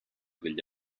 degli